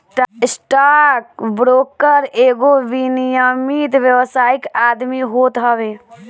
stock broker एगो विनियमित व्यावसायिक आदमी होत हवे